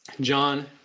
John